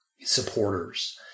supporters